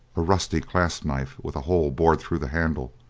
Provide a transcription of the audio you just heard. a rusty clasp-knife with a hole bored through the handle,